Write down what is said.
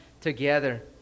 together